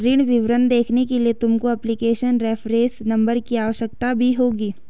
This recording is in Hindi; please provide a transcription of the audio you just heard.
ऋण विवरण देखने के लिए तुमको एप्लीकेशन रेफरेंस नंबर की आवश्यकता भी होगी